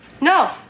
No